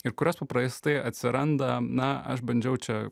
ir kurios paprastai atsiranda na aš bandžiau čia